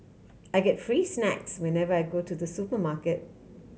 I get free snacks whenever I go to the supermarket